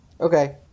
Okay